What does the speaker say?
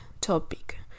topic